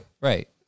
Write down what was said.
right